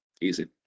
easy